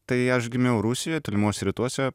tai aš gimiau rusijoj tolimuose rytuose